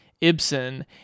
Ibsen